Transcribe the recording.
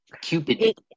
cupid